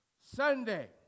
Sunday